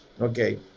okay